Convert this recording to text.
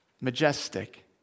majestic